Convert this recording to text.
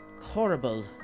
horrible